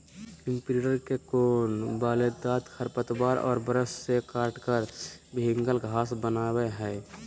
imprinter के कोण वाले दांत खरपतवार और ब्रश से काटकर भिन्गल घास बनावैय हइ